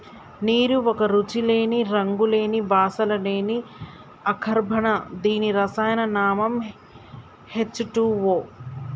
నీరు ఒక రుచి లేని, రంగు లేని, వాసన లేని అకర్బన దీని రసాయన నామం హెచ్ టూవో